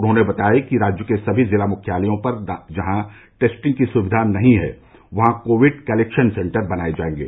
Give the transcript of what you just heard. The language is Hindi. उन्होंने बताया कि राज्य के सभी जिला मुख्यालयों पर जहां टेस्टिंग की सुविधा नहीं है वहां कोविड कलेक्शन सेन्टर स्थापित किये जायेंगे